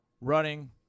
running